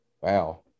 Wow